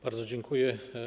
Bardzo dziękuję.